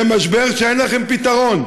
למשבר שאין לכם פתרון.